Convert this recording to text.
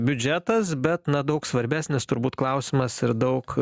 biudžetas bet na daug svarbesnis turbūt klausimas ir daug